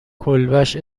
کلبش